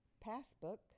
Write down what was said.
Passbook